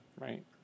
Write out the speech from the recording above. right